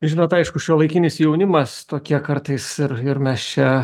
žinot aišku šiuolaikinis jaunimas tokie kartais ir ir mes čia